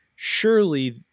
surely